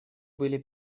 были